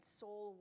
soul